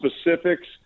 specifics